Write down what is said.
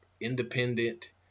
independent